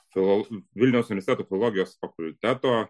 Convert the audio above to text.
filol vilniaus filologijos fakulteto